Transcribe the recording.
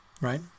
right